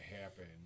happen